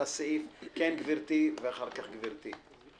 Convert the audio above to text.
כן, גברתי ואחר כך גברתי.